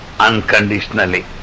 unconditionally